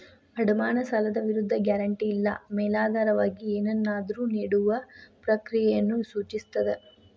ಅಡಮಾನ ಸಾಲದ ವಿರುದ್ಧ ಗ್ಯಾರಂಟಿ ಇಲ್ಲಾ ಮೇಲಾಧಾರವಾಗಿ ಏನನ್ನಾದ್ರು ನೇಡುವ ಪ್ರಕ್ರಿಯೆಯನ್ನ ಸೂಚಿಸ್ತದ